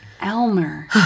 Elmer